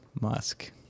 Musk